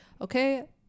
okay